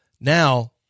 Now